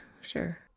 sure